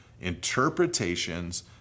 interpretations